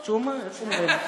חשצ'ומה, איך אומרים?